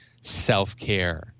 self-care